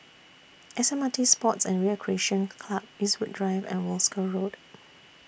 S M R T Sports and Recreation Club Eastwood Drive and Wolskel Road